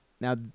now